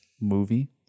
movie